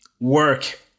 work